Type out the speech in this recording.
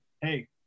hey